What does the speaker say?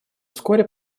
вскоре